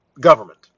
government